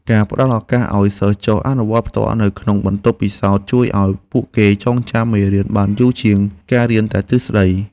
ការផ្តល់ឱកាសឱ្យសិស្សចុះអនុវត្តផ្ទាល់នៅក្នុងបន្ទប់ពិសោធន៍ជួយឱ្យពួកគេចងចាំមេរៀនបានយូរជាងការរៀនតែទ្រឹស្តី។